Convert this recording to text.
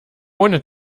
ohne